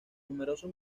numerosos